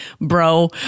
bro